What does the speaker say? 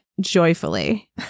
joyfully